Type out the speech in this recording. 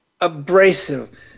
abrasive